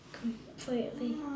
completely